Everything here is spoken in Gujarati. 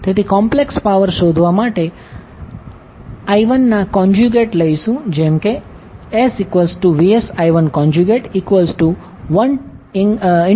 તેથી કોમ્પ્લેક્સ પાવર શોધવા માટે I1ના કોન્જ્યુગેટ લઈશું જેમ કે SVSI1120∠011